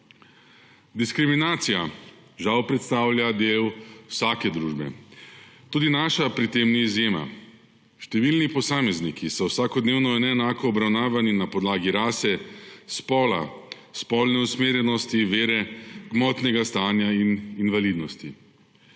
Diskriminacija žal predstavlja del vsake družbe. Tudi naša pri tem ni izjema. Številni posamezniki so vsakodnevno neenako obravnavani na podlagi rase, spola, spolne usmerjenosti, vere, gmotnega stanja in invalidnosti.